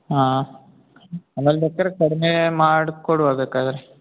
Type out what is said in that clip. ಹಾಂ ಆಮೇಲೆ ಬೇಕಾದ್ರೆ ಕಡಿಮೆ ಮಾಡಿ ಕೊಡುವ ಬೇಕಾದರೆ